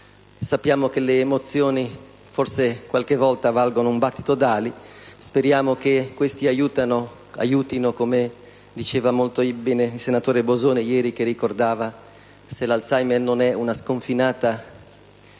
Sappiamo che le emozioni qualche volta valgono un battito d'ali: speriamo che queste aiutino. Come diceva molto bene il senatore Bosone ieri, se l'Alzheimer non è una sconfinata